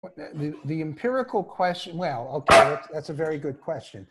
‫השאלה האימפריקלית... ‫אוקיי, זו שאלה מאוד טובה.